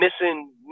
missing